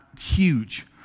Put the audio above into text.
huge